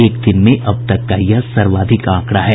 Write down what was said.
एक दिन में अब तक का यह सर्वाधिक आंकड़ा है